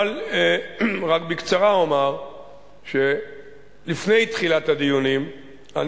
אבל רק בקצרה אומר שלפני תחילת הדיונים אני